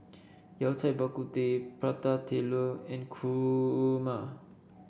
Yao Cai Bak Kut Teh Prata Telur and Kurma